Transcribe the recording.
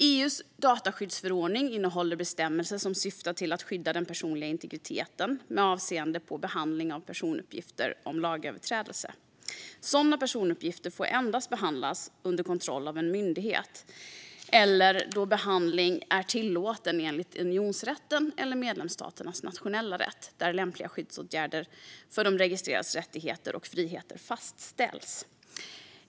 EU:s dataskyddsförordning innehåller bestämmelser som syftar till att skydda den personliga integriteten med avseende på behandling av personuppgifter om lagöverträdelser. Sådana personuppgifter får endast behandlas under kontroll av en myndighet eller då behandling är tillåten enligt unionsrätten eller medlemsstaternas nationella rätt, där lämpliga skyddsåtgärder för de registrerades rättigheter och friheter fastställs.